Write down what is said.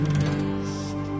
rest